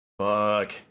Fuck